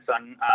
on